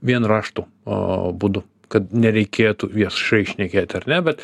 vien raštu a būdu kad nereikėtų viešai šnekėti ar ne bet